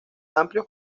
amplios